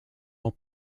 all